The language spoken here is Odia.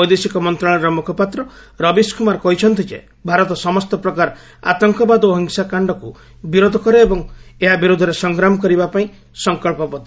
ବୈଦେଶିକ ମନ୍ତ୍ରଣାଳୟର ମୁଖପାତ୍ର ରବିଶ କୁମାର କହିଛନ୍ତି ଯେ ଭାରତ ସମସ୍ତ ପ୍ରକାର ଆତଙ୍କବାଦ ଓ ହିଂସାକାଣ୍ଡକୁ ବିରୋଧ କରେ ଏବଂ ଏହା ବିରୋଧରେ ସଂଗ୍ରାମ କରିବା ପାଇଁ ସଂକଳ୍ପବଦ୍ଧ